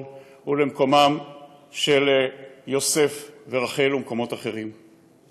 ולמקומם של יוסף ורחל ומקומות אחרים.